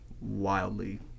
wildly